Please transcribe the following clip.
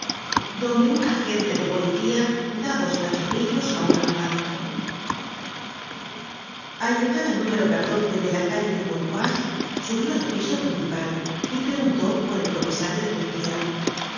donde un agente de policía da dos cachorrillos a un al llegar al número de la calle de pontoise subió al piso principal y preguntó por el comisario de policía